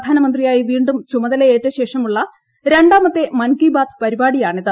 പ്രധാന്മൃന്ത്യായി വീണ്ടും ചുമതലയേറ്റശേഷമുള്ള രണ്ടാമത്തെ മൻകി ബാത്ത് പരിപാടിയാണിത്